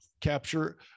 capture